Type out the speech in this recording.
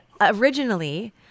originally